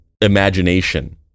imagination